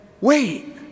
wait